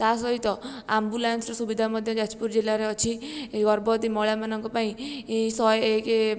ତା ସହିତ ଆମ୍ବୁଲାନ୍ସର ସୁବିଧା ମଧ୍ୟ ଯାଜପୁର ଜିଲ୍ଲା ରେ ଅଛି ଗର୍ଭବତୀ ମହିଳାମାନଙ୍କ ପାଇଁ ଶହେ ଏକେ